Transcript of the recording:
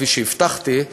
כפי שהבטחתי.